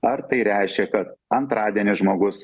ar tai reiškia kad antradienį žmogus